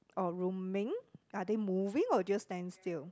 or roaming are they moving or just stand still